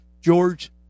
George